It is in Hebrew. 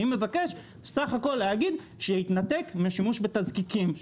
אני מבקש סך הכול לומר שלהתנתק מהשימוש בתזקיקים,